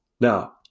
Now